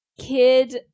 kid